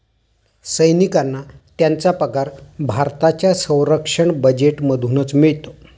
सैनिकांना त्यांचा पगार भारताच्या संरक्षण बजेटमधूनच मिळतो